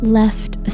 left